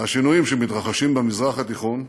והשינויים שמתרחשים במזרח התיכון,